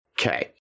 okay